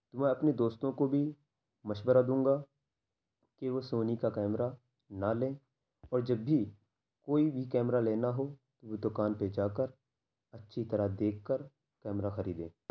تو میں اپنے دوستوں کو بھی مشورہ دوں گا کہ وہ سونی کا کیمرہ نہ لیں اور جب بھی کوئی بھی کیمرہ لینا ہو تو دوکان پہ جا کر اچھی طرح دیکھ کر کیمرہ خریدیں